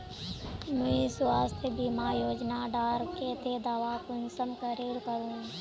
मुई स्वास्थ्य बीमा योजना डार केते दावा कुंसम करे करूम?